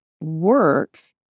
work